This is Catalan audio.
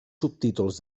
subtítols